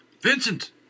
Vincent